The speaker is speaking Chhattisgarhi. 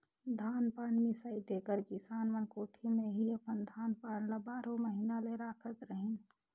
धान पान मिसाए तेकर किसान मन कोठी मे ही अपन धान पान ल बारो महिना ले राखत रहिन